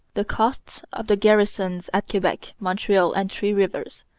the costs of the garrisons at quebec, montreal, and three rivers,